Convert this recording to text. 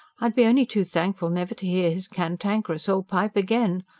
i'd be only too thankful never to hear his cantankerous old pipe again.